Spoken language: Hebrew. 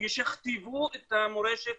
ישכתבו את המורשת